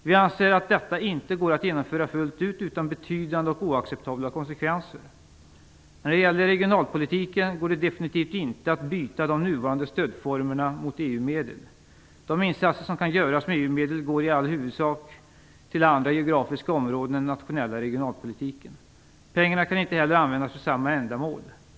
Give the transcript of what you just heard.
Vi anser att detta inte går att genomföra fullt ut utan betydande och oacceptabla konsekvenser. När det gäller regionalpolitiken går det definitivt inte att byta de nuvarande stödformerna mot EU-medel. De insatser som kan göras med EU-medel går i all huvudsak till andra geografiska områden än den nationella regionalpolitiken. Pengarna kan inte heller användas för samma ändamål.